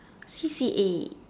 C_C_A